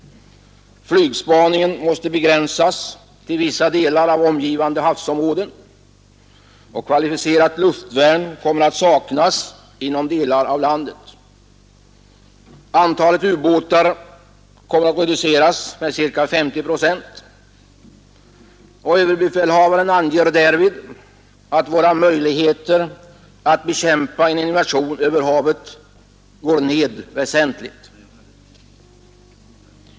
Flygspaningen måste begränsas till vissa delar av omgivande havsområden. Kvalificerat luftvärn kommer att saknas inom delar av landet. Antalet ubåtar reduceras med ca 50 procent, och överbefälhavaren anger att våra möjligheter att bekämpa en invasion över havet därigenom går ned väsentligt.